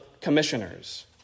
commissioners